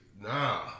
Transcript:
Nah